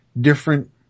different